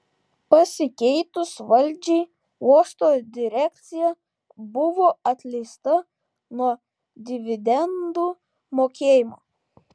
pasikeitus valdžiai uosto direkcija buvo atleista nuo dividendų mokėjimo